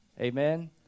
Amen